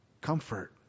comfort